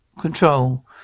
Control